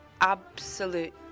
absolute